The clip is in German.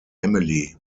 emily